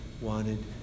wanted